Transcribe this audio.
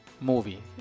movie